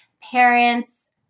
parents